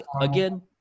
again